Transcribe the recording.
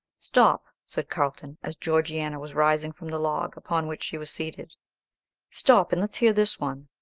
stop, said carlton, as georgiana was rising from the log upon which she was seated stop, and let's hear this one.